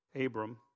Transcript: Abram